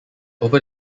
over